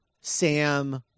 Sam